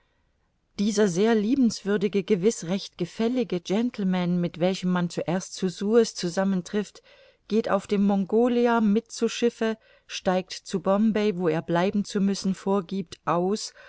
tiefer sehr liebenswürdige gewiß recht gefällige gentleman mit welchem man zuerst zu suez zusammentrifft geht auf dem mongolia mit zu schiffe steigt zu bombay wo er bleiben zu müssen vorgiebt aus